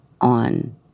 on